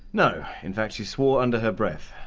no. in fact she swore under her breath.